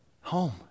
Home